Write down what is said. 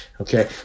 Okay